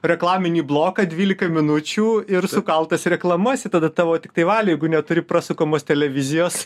reklaminį bloką dvylika minučių ir sukaltas reklamas ir tada tavo tiktai valioj neturi prasukamos televizijos